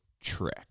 trick